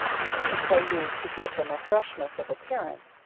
deceits are used to give them a freshness of appearance,